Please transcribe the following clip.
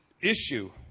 issue